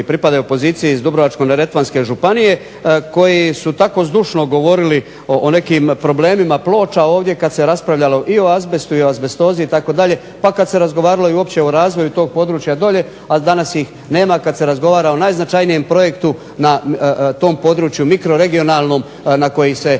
pripadaju opoziciji iz Dubrovačko-neretvanske županije koji su tako zdušno govorili o nekim problemima Ploča ovdje kad se raspravljalo i o azbestu i o azbestozi itd., pa kad se razgovaralo uopće i razvoju tog područja dolje, a danas ih nema kad se razgovara o najznačajnijem projektu na tom području mikroregionalnom na koji se